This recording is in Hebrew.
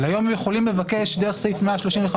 אבל היום יכולים לבקש דרך סעיף 135(א),